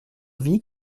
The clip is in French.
vie